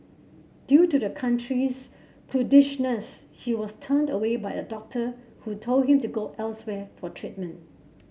due to the country's prudishness he was turned away by a doctor who told him to go elsewhere for treatment